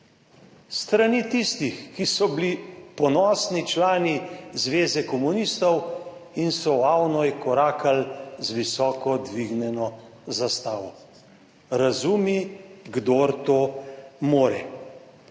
strani tistih, ki so bili ponosni člani Zveze komunistov in so v Avnoj korakali z visoko dvignjeno zastavo. Razumi, kdor to more.